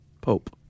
Pope